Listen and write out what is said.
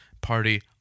party